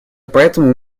поэтому